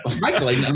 Michael